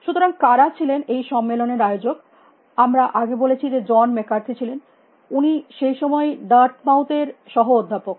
সুতরাং কারা ছিলেন এই সম্মেলনের আয়োজক আমরা আগে বলেছি যে জন ম্যাককার্থে ছিলেন উনি সেই সময়ে ডার্টমাউথ এর সহ অধ্যাপক